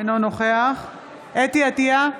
אינו נוכח חוה אתי עטייה,